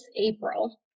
April